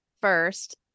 first